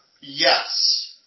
yes